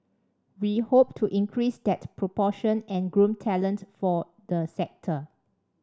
we hope to increase that proportion and groom talent for the sector